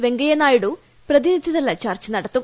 വെങ്കയ്യ നായിഡു പ്രതിനിധിതല ചർച്ച നടത്തും